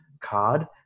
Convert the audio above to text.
card